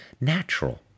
natural